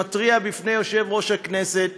שמתריע בפני יושב-ראש הכנסת